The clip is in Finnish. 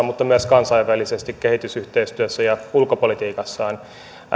mutta myös kansainvälisesti kehitysyhteistyössä ja ulkopolitiikassaan